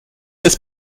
n’est